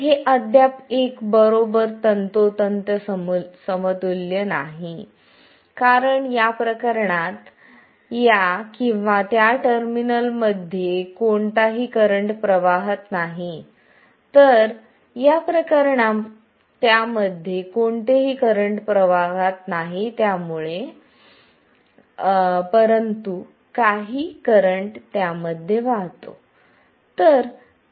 हे अद्याप एक बरोबर तंतोतंत समतुल्य नाही कारण या प्रकरणात या किंवा त्या टर्मिनलमध्ये कोणताही करंट प्रवाहात नाही तर या प्रकरणात त्यामध्ये कोणतेही करंट प्रवाहात नाही परंतु काही करंट त्या मध्ये वाहतो